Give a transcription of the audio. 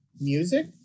music